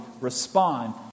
respond